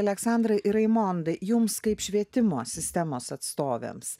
aleksandra ir raimonda jums kaip švietimo sistemos atstovėms